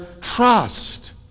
trust